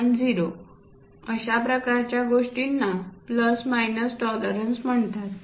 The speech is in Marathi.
10 अशा प्रकारच्या गोष्टींना प्लस मायनस टॉलरन्स म्हणतात